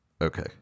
okay